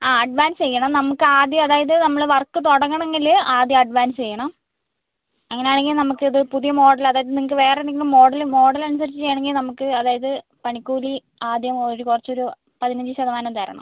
ആ അഡ്വാൻസ് ചെയ്യണം നമുക്ക് ആദ്യം അതായത് നമ്മള് വർക്ക് തുടങ്ങണമെങ്കിൽ ആദ്യം അഡ്വാൻസ് ചെയ്യണം അങ്ങനെയാണെങ്കിൽ നമുക്കിത് പുതിയ മോഡല് അതായത് നിങ്ങൾക്ക് വേറെന്തെങ്കിലും മോഡല് മോഡലനുസരിച്ച് ചെയ്യണമെങ്കിൽ നമുക്ക് അതായത് പണിക്കൂലി ആദ്യം കുറച്ച് ഒരു പതിനഞ്ച് ശതമാനം തരണം